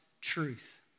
truth